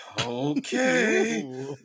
okay